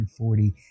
140